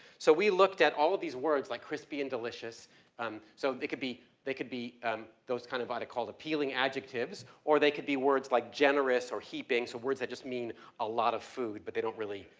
so we looked at all of these words like crispy and delicious um so they could, they could be um those kind of and called appealing adjectives or they could be words like generous or heaping. so words that just mean a lot of food but they don't really,